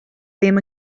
ddim